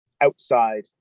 outside